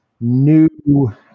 new